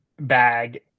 bag